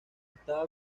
estaba